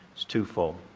too full.